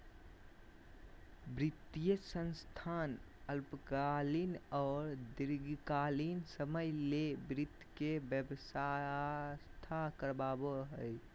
वित्तीय संस्थान अल्पकालीन आर दीर्घकालिन समय ले वित्त के व्यवस्था करवाबो हय